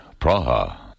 Praha